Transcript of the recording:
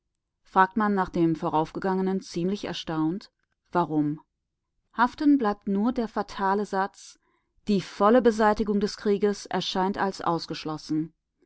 fragt man nach dem voraufgegangenen ziemlich erstaunt warum haften bleibt nur der fatale satz die volle beseitigung des krieges erscheint als ausgeschlossen